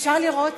אפשר לראות?